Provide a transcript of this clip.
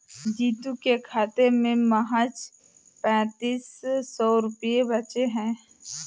जीतू के खाते में महज पैंतीस सौ रुपए बचे हैं